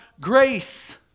Grace